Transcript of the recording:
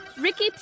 Ricky